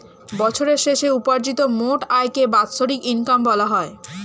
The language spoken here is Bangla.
বছরের শেষে উপার্জিত মোট আয়কে বাৎসরিক ইনকাম বলা হয়